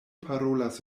parolas